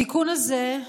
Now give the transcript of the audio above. התיקון הזה,